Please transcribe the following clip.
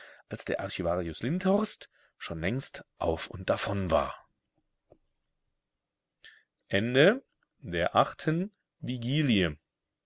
als der archivarius lindhorst schon längst auf und davon war neunte vigilie